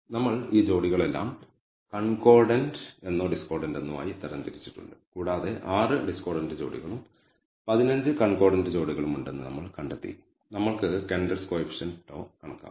നമ്മൾ ഈ ജോഡികളെല്ലാം കൺകോർഡൻറ് എന്നോ ഡിസ്കോർഡൻറ് എന്നോ ആയി തരംതിരിച്ചിട്ടുണ്ട് കൂടാതെ 6 ഡിസ്കോർഡൻറ് ജോഡികളും 15 കൺകോർഡന്റ് ജോഡികളും ഉണ്ടെന്ന് നമ്മൾ കണ്ടെത്തി നമ്മൾക്ക് കെൻഡൽസ് കോയിഫിഷ്യന്റ് τ കണക്കാക്കാം